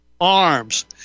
arms